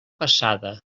passada